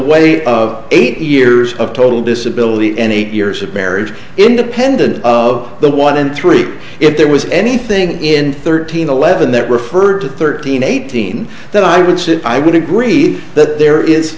way of eight years of total disability any eight years of marriage independent of the one in three if there was anything in thirteen eleven that referred to thirteen eighteen then i would sit i would agree that there is